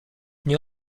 nie